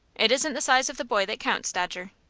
it isn't the size of the boy that counts, dodger.